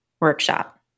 workshop